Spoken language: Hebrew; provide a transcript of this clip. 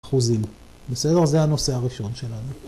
אחוזים, בסדר? זה הנושא הראשון שלנו.